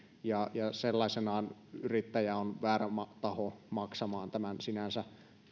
sellaisenaan yrittäjä on väärä taho maksamaan tämän sinänsä